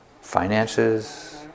finances